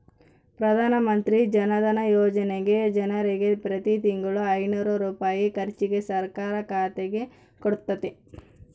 ಪ್ರಧಾನಮಂತ್ರಿ ಜನಧನ ಯೋಜನೆಗ ಜನರಿಗೆ ಪ್ರತಿ ತಿಂಗಳು ಐನೂರು ರೂಪಾಯಿ ಖರ್ಚಿಗೆ ಸರ್ಕಾರ ಖಾತೆಗೆ ಕೊಡುತ್ತತೆ